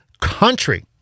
country